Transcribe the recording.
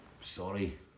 Sorry